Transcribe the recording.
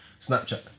Snapchat